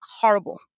Horrible